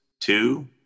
two